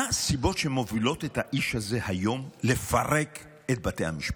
מהן הסיבות שמובילות את האיש הזה היום לפרק את בתי המשפט?